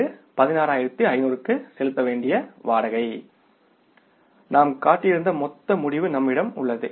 இது செலுத்த வேண்டிய வாடகை 16500 நாம் காட்டியிருந்த மொத்த முடிவு நம்மிடம் உள்ளது